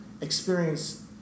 experience